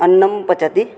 अन्नं पचति